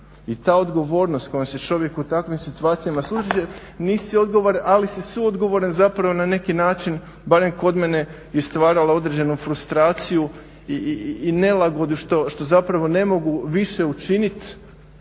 I ta odgovornost kojom se čovjek u takvim situacijama susreće nisi odgovoran, ali si suodgovoran zapravo na neki način barem kod mene i stvarala određenu frustraciju i nelagodu što zapravo ne mogu više učinit,